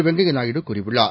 வெங்கய்யநாயுடுகூறியுள்ளார்